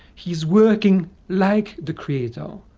he is working like the creator.